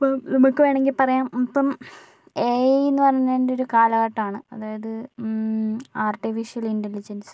ഇപ്പോൾ നമ്മൾക്ക് വേണെങ്കിൽ പറയാം ഇപ്പോൾ എഐന്ന് പറഞ്ഞതിൻ്റെ ഒരു കാലഘട്ടാണ് അതായത് ആർട്ടിഫിഷ്യൽ ഇൻ്റജില്ലൻസ്